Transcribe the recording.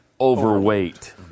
Overweight